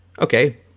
okay